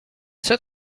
sat